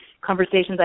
conversations